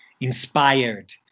inspired